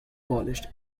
polished